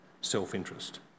self-interest